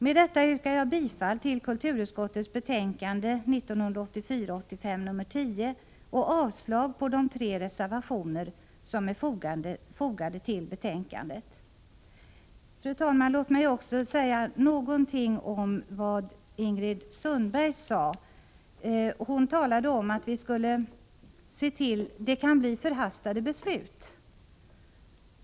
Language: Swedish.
Med detta yrkar jag bifall till hemställan i kulturutskottets betänkande 1984/85:10 och avslag på de tre reservationer som är fogade till betänkandet. Fru talman! Låt mig också säga några ord med anledning av Ingrid Sundbergs inlägg. Hon sade att det kan bli förhastade beslut och att vi skulle se upp med detta.